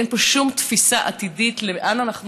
אין פה שום תפיסה עתידית לאן אנחנו